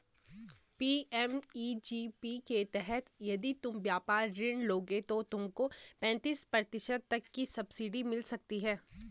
PMEGP के तहत यदि तुम व्यापार ऋण लोगे तो तुमको पैंतीस प्रतिशत तक की सब्सिडी मिल सकती है